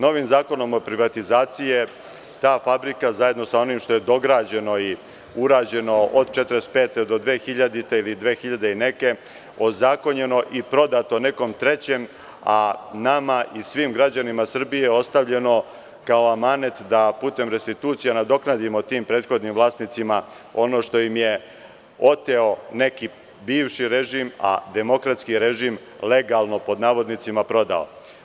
Novim Zakonom o privatizaciji je ta fabrika, zajedno sa onim što je dograđeno i urađeno od 1945. do 2000. godine ili do dve hiljade i neke, ozakonjeno i prodato nekom trećem, a nama i svim građanima Srbije ostavljeno kao amanet da putem restitucije nadoknadimo tim prethodnim vlasnicima ono što im je oteo neki bivši režim, a demokratski režim legalno „prodao“